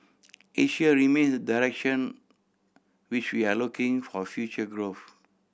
Asia remains direction which we are looking for future growth